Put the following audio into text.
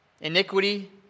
iniquity